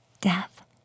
death